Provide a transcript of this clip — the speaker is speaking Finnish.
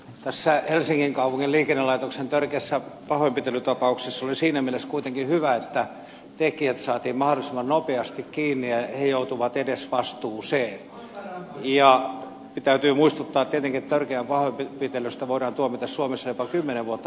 tässä helsingin kaupungin liikennelaitoksen törkeässä pahoinpitelytapauksessa oli siinä mielessä kuitenkin hyvä se että tekijät saatiin mahdollisimman nopeasti kiinni ja he joutuvat edesvastuuseen ja täytyy muistuttaa tietenkin että törkeästä pahoinpitelystä voidaan tuomita suomessa jopa kymmenen vuotta vankeutta